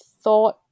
thought